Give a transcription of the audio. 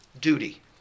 duty